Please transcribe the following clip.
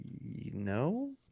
No